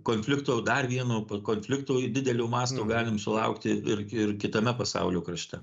konflikto dar vieno konflikto didelio masto galim sulaukti ir ir kitame pasaulio krašte